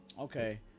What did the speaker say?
Okay